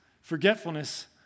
Forgetfulness